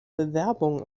bewerbung